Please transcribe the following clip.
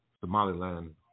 Somaliland